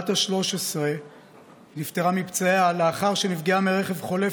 בת 13. היא נפטרה מפצעיה לאחר שנפגעה מרכב חולף